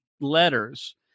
letters